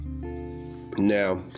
now